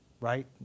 right